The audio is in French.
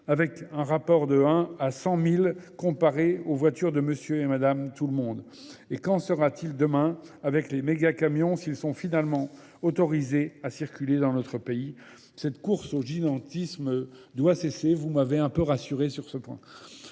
avec un rapport de 1 à 100 000, comparé aux voitures de monsieur et madame tout le monde. Et qu'en sera-t-il demain avec les mégacamiens, s'ils sont finalement autorisés à circuler dans notre pays ? Cette course au gigantisme doit cesser. Vous m'avez un peu rassuré sur ce point.